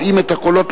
רואים את הקולות,